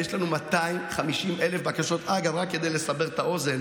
יש בדיקות רפואיות, זאת דרישה.